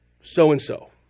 so-and-so